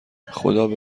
خدابه